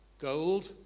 gold